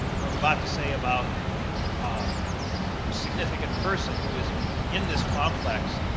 what i'm about to say about um a significant person who is in this complex,